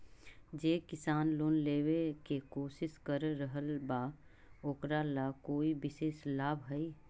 जे किसान लोन लेवे के कोशिश कर रहल बा ओकरा ला कोई विशेष लाभ हई?